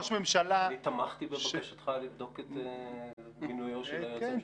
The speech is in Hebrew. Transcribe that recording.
אני תמכתי בבקשתך לבדוק את מינויו של היועץ המשפטי.